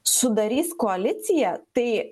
sudarys koaliciją tai